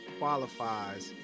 qualifies